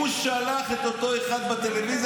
הוא שלח את אותו אחד בטלוויזיה,